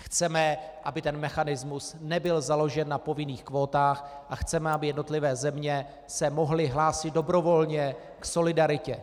Chceme, aby mechanismus nebyl založen na povinných kvótách, a chceme, aby jednotlivé země se mohly hlásit dobrovolně k solidaritě.